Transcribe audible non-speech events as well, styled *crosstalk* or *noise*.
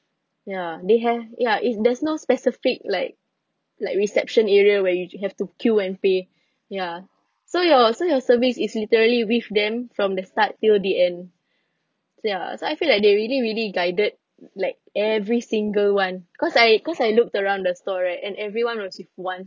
ya they have ya i~ there's no specific like like reception area where you j~ have to queue and pay *breath* ya so your so your service is literally with them from the start till the end *breath* ya so I feel like they really really guided like every single one cause I cause I looked around the store right and everyone was with one